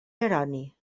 jeroni